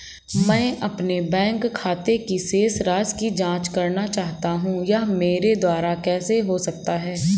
मैं अपने बैंक खाते की शेष राशि की जाँच करना चाहता हूँ यह मेरे द्वारा कैसे हो सकता है?